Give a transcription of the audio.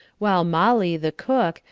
while mollie, the cook,